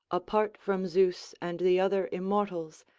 apart from zeus and the other immortals,